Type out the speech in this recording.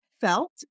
felt